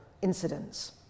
incidents